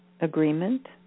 agreement